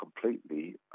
completely